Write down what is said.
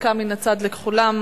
דקה מן הצד לכולם.